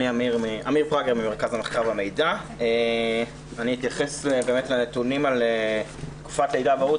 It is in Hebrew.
אני אתייחס לנתונים על תקופת לידה והורות.